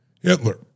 Hitler